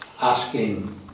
asking